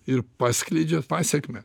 ir paskleidžia pasekmę